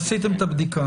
עשיתם את הבדיקה.